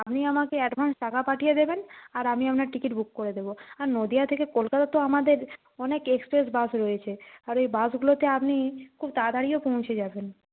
আপনি আমাকে অ্যাডভান্স টাকা পাঠিয়ে দেবেন আর আমি আপনার টিকিট বুক করে দেব আর নদিয়া থেকে কলকাতা তো আমাদের অনেক এক্সপ্রেস বাসও রয়েছে আর ওই বাসগুলোতে আপনি খুব তাড়াতাড়িও পৌঁছে যাবেন